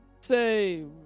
say